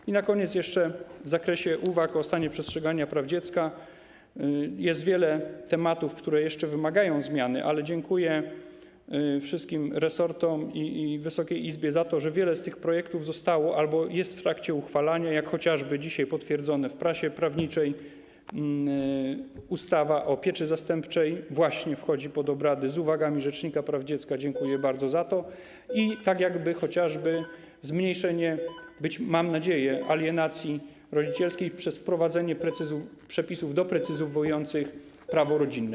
I na koniec chcę powiedzieć, że w zakresie uwag o stanie przestrzegania praw dziecka jest wiele tematów, które jeszcze wymagają zmiany, ale dziękuję wszystkim resortom i Wysokiej Izbie za to, że wiele z tych projektów zostało czy jest w trakcie uchwalania, jak chociażby dzisiaj potwierdzono w prasie prawniczej, że ustawa o pieczy zastępczej właśnie wchodzi pod obrady z uwagami rzecznika praw dziecka, za co bardzo dziękuję, czy chociażby zmniejszenie, mam nadzieję, alienacji rodzicielskiej przez wprowadzenie przepisów doprecyzowujących prawo rodzinne.